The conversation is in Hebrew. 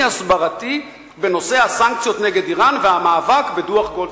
ההסברתי בנושא הסנקציות נגד אירן והמאבק בדוח-גולדסטון.